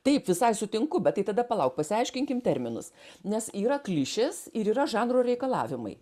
taip visai sutinku bet tai tada palauk pasiaiškinkim terminus nes yra klišės ir yra žanro reikalavimai